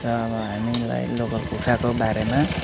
तर अब हामीलाई लोकल कुखुराको बारेमा